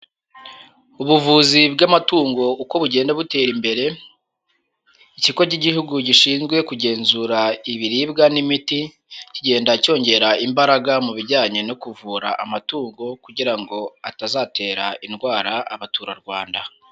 Ubuvuzi bw'amatungo uko bugenda butera imbere, ikigo cy'igihugu gishinzwe kugenzura ibiribwa n'imiti, kigenda cyongera imbaraga mu bijyanye no kuvura amatungo, kugira ngo atazatera indwara abaturarwanda.